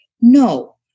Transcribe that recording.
No